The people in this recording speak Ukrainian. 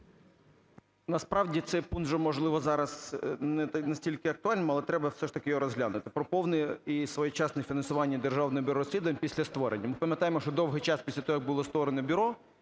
Насправді цей пункт вже, можливо, є зараз не стільки актуальним, але треба все ж таки його розглянути: про повне і своєчасне фінансування Державного бюро розслідувань після створення. Ми пам'ятаємо, що довгий час після того, як було створено бюро,